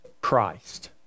Christ